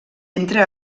entra